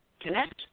connect